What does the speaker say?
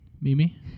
Mimi